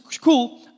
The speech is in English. cool